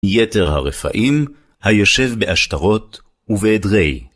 מיתר הרפאים, היושב בעשתרות ובאדרעי